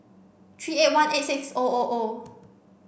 three eight one eight six O O O